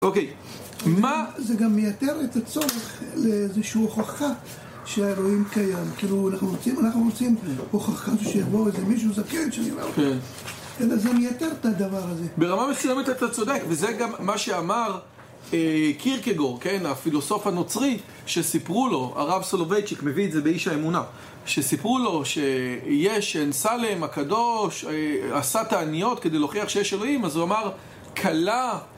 זה גם מייתר את הצורך לאיזושהי הוכחה שהאלוהים קיים כאילו אנחנו רוצים הוכחה שיבוא איזה מישהו זקן שנראה אותנו אלא זה מייתר את הדבר הזה ברמה מסוימת אתה צודק וזה גם מה שאמר קירקגור, הפילוסוף הנוצרי שסיפרו לו, הרב סולובייצ'יק מביא את זה באיש האמונה שסיפרו לו שיש אן סלם הקדוש עשה תעניות כדי להוכיח שיש אלוהים אז הוא אמר, קלה